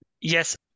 Yes